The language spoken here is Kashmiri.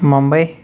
مَمباے